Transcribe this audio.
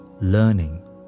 learning